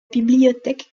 bibliothèque